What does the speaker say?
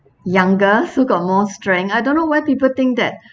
younger still got more strength I don't know why people think that